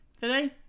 today